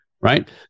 right